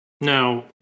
Now